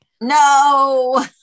no